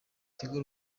tigo